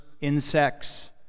insects